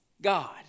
God